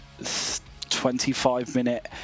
25-minute